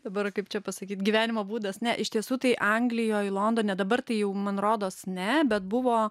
dabar kaip čia pasakyt gyvenimo būdas ne iš tiesų tai anglijoj londone dabar tai jau man rodos ne bet buvo